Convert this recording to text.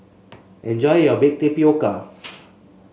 enjoy your Baked Tapioca